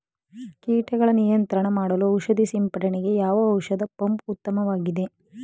ಕೀಟಗಳ ನಿಯಂತ್ರಣ ಮಾಡಲು ಔಷಧಿ ಸಿಂಪಡಣೆಗೆ ಯಾವ ಔಷಧ ಪಂಪ್ ಉತ್ತಮವಾಗಿದೆ?